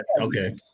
okay